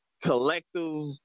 collective